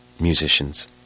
musicians